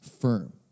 firm